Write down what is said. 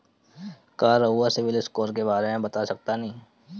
का रउआ CIBIL score के बारे में बता सकतानी?